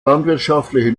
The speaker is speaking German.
landwirtschaftliche